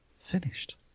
finished